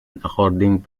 according